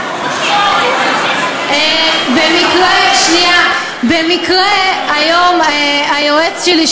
במקרה היום היועץ שלי,